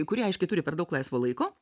kuri aiškiai turi per daug laisvo laiko